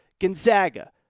Gonzaga